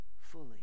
fully